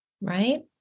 right